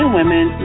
women